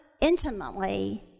intimately